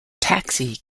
taxi